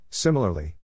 Similarly